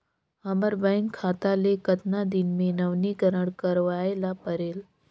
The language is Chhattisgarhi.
हमर बैंक खाता ले कतना दिन मे नवीनीकरण करवाय ला परेल?